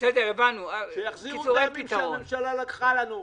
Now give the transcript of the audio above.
שיחזירו את הימים שהממשלה לקחה לנו,